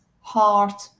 heart